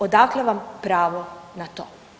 Odakle vam pravo na to?